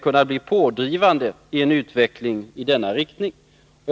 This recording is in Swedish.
kunna bli pådrivande i en utveckling i denna riktning.